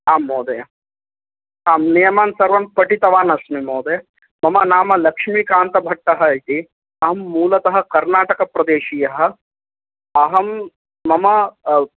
आम् महोदय आम् नियमान् सर्वान् पठुतवानस्मि महोदय मम नाम लक्ष्मीकान्तभट्टः इति अहं मूलतः कर्नाटकप्रदेशीयः अहं मम